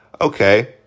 okay